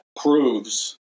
proves